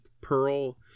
pearl